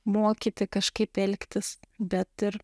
mokyti kažkaip elgtis bet ir